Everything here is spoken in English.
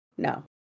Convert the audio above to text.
No